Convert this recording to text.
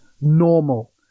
normal